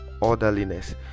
orderliness